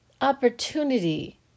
opportunity